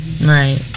Right